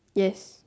yes